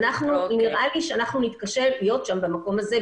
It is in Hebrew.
נראה לי שאנחנו נתקשה להיות שם במקום הזה,